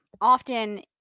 often